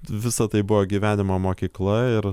visa tai buvo gyvenimo mokykla ir